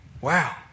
wow